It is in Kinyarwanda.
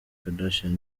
kardashian